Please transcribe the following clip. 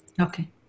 Okay